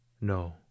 No